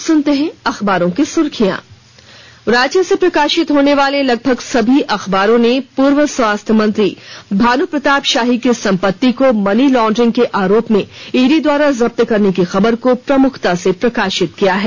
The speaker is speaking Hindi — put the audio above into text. अब अखबारों की सुर्खियां राज्य से प्रकाशित होने वाले लगभग सभी अखबारों ने पूर्व स्वास्थ्य मंत्री भानु प्रताप शाही की संपत्ति को मनी लॉन्ड्रिंग के आरोप में ईडी द्वारा जब्त करने की खबर को प्रमुखता से प्रकाशित किया है